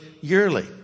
yearly